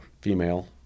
female